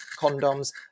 condoms